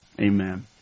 Amen